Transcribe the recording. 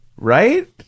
right